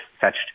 fetched